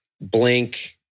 Blink